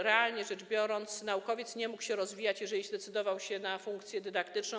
Realnie rzecz biorąc, naukowiec nie mógł się rozwijać, jeżeli zdecydował się na funkcje dydaktyczną.